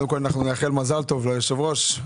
קודם נאחל מזל טוב ליושב-ראש,